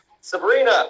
Sabrina